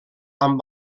amb